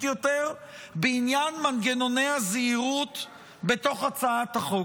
יותר בעניין מנגנוני הזהירות בתוך הצעת החוק.